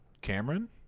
Cameron